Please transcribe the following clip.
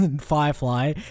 Firefly